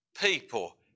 people